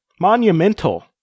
monumental